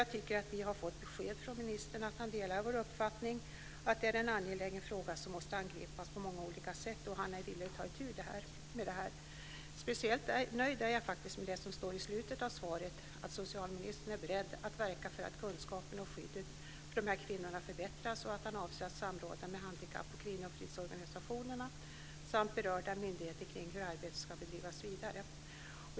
Jag tycker att vi har fått besked från ministern om att han delar vår uppfattning att detta är en angelägen fråga som måste angripas på många olika sätt och om att han är beredd att ta itu med detta. Jag är speciellt nöjd med det som sades i slutet av svaret, nämligen att socialministern är beredd att verka för att kunskapen och skyddet för de här kvinnorna förbättras och att han avser att samråda med handikapp och kvinnofridsorganisationer samt berörda myndigheter om hur arbetet ska drivas vidare.